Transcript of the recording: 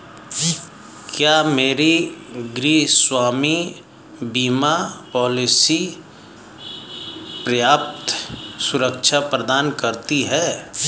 क्या मेरी गृहस्वामी बीमा पॉलिसी पर्याप्त सुरक्षा प्रदान करती है?